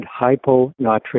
hyponatremia